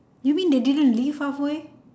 you mean they didn't leave halfway